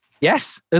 Yes